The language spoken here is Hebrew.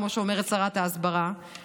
כמו שאומרת שרת ההסברה,